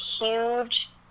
huge